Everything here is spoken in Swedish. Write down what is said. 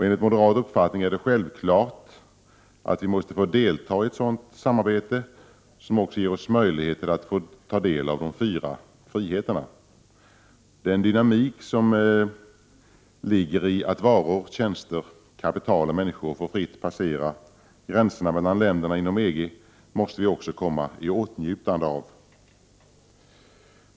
Enligt moderat uppfattning är det självklart att vi måste få delta i ett sådant samarbete som också ger oss möjlighet till att få ta del av de fyra friheterna. Den dynamik som ligger i att varor, tjänster, kapital och människor får fritt passera gränserna mellan länderna inom EG måste vi också komma i åtnjutande av.